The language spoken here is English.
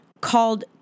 called